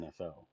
NFL